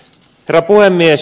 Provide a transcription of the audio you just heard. herra puhemies